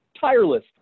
tireless